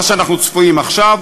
מה שאנחנו צפויים לו עכשיו,